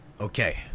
okay